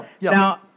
Now